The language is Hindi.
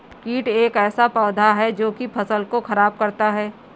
कीट एक ऐसा पौधा है जो की फसल को खराब करता है